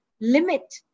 limit